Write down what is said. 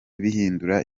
bihindura